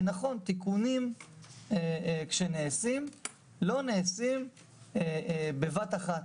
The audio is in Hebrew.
ונכון, תיקונים, כשנעשים - לא נעשים בבת אחת.